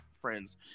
friends